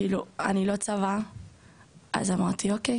כאילו אני לא צבא אז אמרתי אוקי,